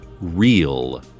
real